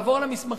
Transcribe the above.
לעבור על המסמכים,